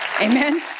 Amen